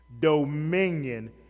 dominion